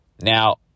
Now